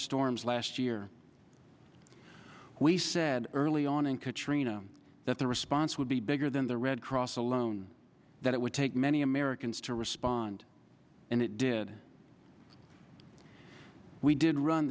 storms last year we said early on in katrina that the response would be bigger than the red cross alone that it would take many americans to respond and it did we did run